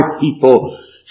people